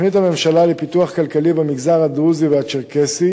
בתוכנית הממשלה לפיתוח כלכלי במגזר הדרוזי והצ'רקסי